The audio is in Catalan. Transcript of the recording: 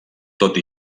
tot